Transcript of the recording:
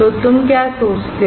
तो तुम क्या सोचते हो